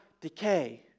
decay